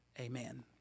Amen